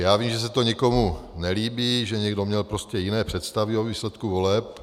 Já vím, že se to někomu nelíbí, že někdo měl prostě jiné představy o výsledku voleb.